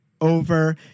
over